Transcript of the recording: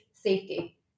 Safety